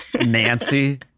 Nancy